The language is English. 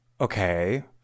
okay